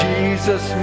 Jesus